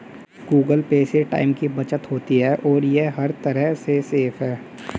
Google Pay से time की बचत होती है और ये हर तरह से सेफ है